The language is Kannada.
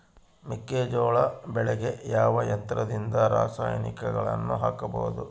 ಮೆಕ್ಕೆಜೋಳ ಬೆಳೆಗೆ ಯಾವ ಯಂತ್ರದಿಂದ ರಾಸಾಯನಿಕಗಳನ್ನು ಹಾಕಬಹುದು?